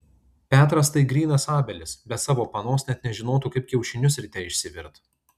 petras tai grynas abelis be savo panos net nežinotų kaip kiaušinius ryte išsivirt